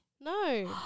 No